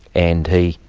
and he,